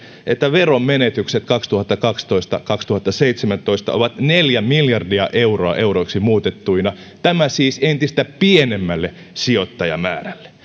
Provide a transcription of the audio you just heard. että veronmenetykset kaksituhattakaksitoista viiva kaksituhattaseitsemäntoista ovat neljä miljardia euroa euroiksi muutettuna tämä siis entistä pienemmällä sijoittajamäärällä